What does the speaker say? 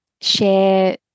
share